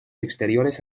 exteriores